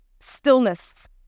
stillness